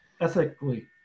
ethically